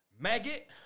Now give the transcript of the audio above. maggot